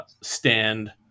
stand